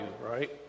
right